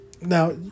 Now